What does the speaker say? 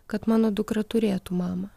kad mano dukra turėtų mamą